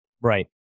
Right